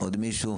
עוד מישהו?